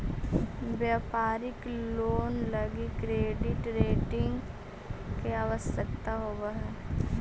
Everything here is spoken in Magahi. व्यापारिक लोन लगी क्रेडिट रेटिंग के आवश्यकता होवऽ हई